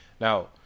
Now